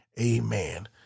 amen